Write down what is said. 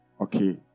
Okay